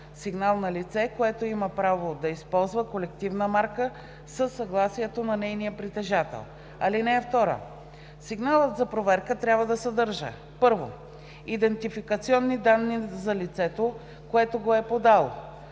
сигнал на лице, което има право да използва колективна марка със съгласието на нейния притежател. (2) Сигналът за проверка трябва да съдържа: 1. идентификационни данни за лицето, което го е подало